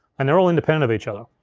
and they're all independent of each other.